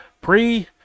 pre